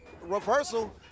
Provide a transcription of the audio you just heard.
reversal